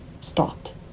stopped